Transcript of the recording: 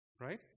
right